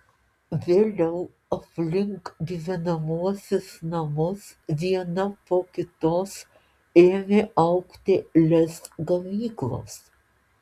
vėliau aplink gyvenamuosius namus viena po kitos ėmė augti lez gamyklos